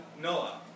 Noah